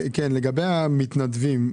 לגבי המתנדבים,